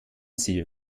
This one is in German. sie